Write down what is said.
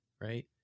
Right